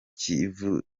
kivu